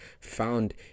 found